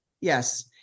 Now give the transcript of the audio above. Yes